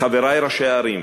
לחברי ראשי הערים,